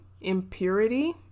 impurity